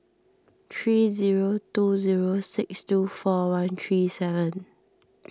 three zero two zero six two four one three seven